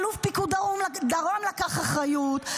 אלוף פיקוד הדרום לקח אחריות,